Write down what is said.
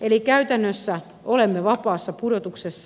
eli käytännössä olemme vapaassa pudotuksessa